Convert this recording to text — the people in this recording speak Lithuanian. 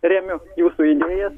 remiu jūsų idėjas